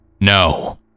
No